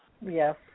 Yes